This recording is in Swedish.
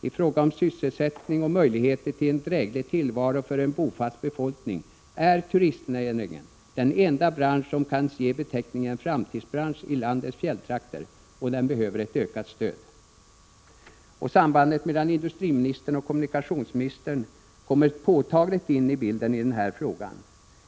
I fråga om sysselsättning och möjligheter till en dräglig tillvaro för en bofast befolkning är turistnäringen den enda bransch som kan ges beteckningen framtidsbransch i landets fjälltrakter, och den behöver ett ökat stöd. Sambandet mellan industriministern och kommunikationsministern kommer påtagligt in i bilden i denna fråga.